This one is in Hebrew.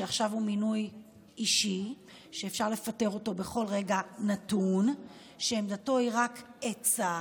שהוא עכשיו מינוי אישי ואפשר לפטר אותו בכל רגע נתון ועמדתו היא רק עצה,